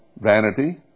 vanity